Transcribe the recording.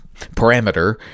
parameter